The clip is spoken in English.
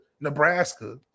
Nebraska